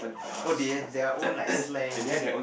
oh they have their own like slang is it